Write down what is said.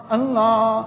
Allah